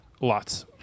Lots